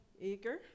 Eager